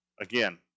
again